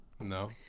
No